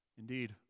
Indeed